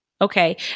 Okay